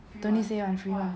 don't need say [one] free [one]